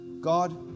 God